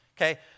okay